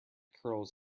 curls